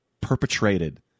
perpetrated